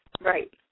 Right